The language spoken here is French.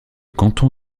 canton